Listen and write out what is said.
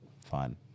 fun